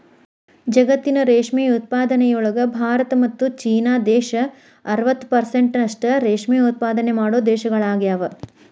ಜಗತ್ತಿನ ರೇಷ್ಮೆ ಉತ್ಪಾದನೆಯೊಳಗ ಭಾರತ ಮತ್ತ್ ಚೇನಾ ದೇಶ ಅರವತ್ ಪೆರ್ಸೆಂಟ್ನಷ್ಟ ರೇಷ್ಮೆ ಉತ್ಪಾದನೆ ಮಾಡೋ ದೇಶಗಳಗ್ಯಾವ